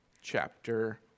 chapter